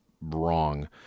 wrong